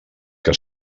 que